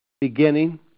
beginning